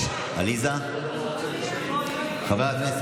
חברת הכנסת